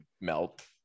melt